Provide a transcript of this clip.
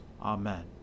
Amen